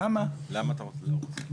למה אתה לא רוצה?